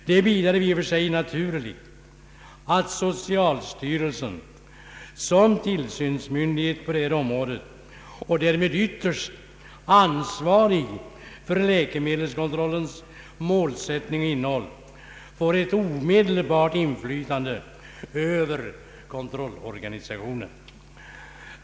Det är vidare i och för sig naturligt att socialstyrelsen som tillsynsmyndighet på det här området, och därmed ytterst ansvarig för läkemedelskontrollens målsättning och innehåll, får ett omedelbart inflytande över kontrollorganisationen.